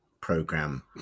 program